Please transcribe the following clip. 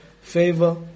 Favor